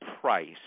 price